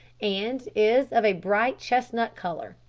and is of a bright chestnut colour.